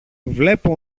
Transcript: βλέπω